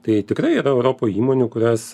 tai tikrai yra europoj įmonių kurias